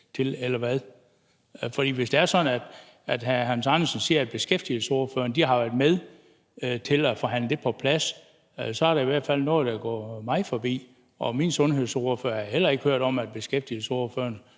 til, eller hvad? Hvis det er sådan, at hr. Hans Andersen siger, af beskæftigelsesordførerne har været med til at forhandle det på plads, så er der i hvert fald noget, der er gået mig forbi. Og DF's sundhedsordfører har heller ikke hørt om, at beskæftigelsesordførerne